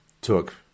took